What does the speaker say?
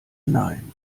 nein